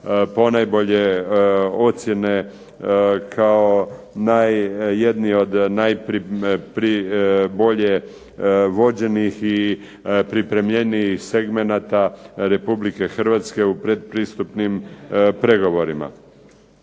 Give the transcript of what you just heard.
ponajbolje ocjene kao naj, jedni od najpri, bolje vođenih i pripremljenijih segmenata Republike Hrvatske u predpristupnim pregovorima.